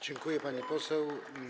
Dziękuję, pani poseł.